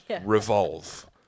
Revolve